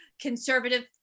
conservative